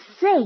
Say